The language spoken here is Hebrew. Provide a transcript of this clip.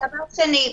דבר שני,